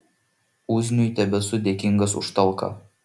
uzniui tebesu dėkingas už talką